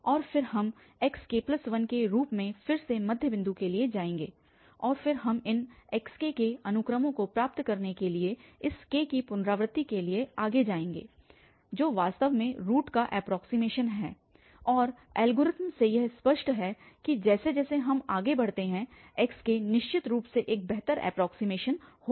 और फिर हम xk1 के रूप में फिर से मध्य बिंदु के लिए जाएंगे और फिर हम इन xk के अनुक्रमों को प्राप्त करने के लिए इस k की पुनरावृति के लिए आगे बढ़ेंगे जो वास्तव में रूट का एप्रोक्सीमेशन है और एल्गोरिथम से यह स्पष्ट है कि जैसे जैसे हम आगे बढ़ते हैं xk निश्चित रूप से एक बेहतर एप्रोक्सीमेशन होगा